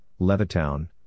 Levittown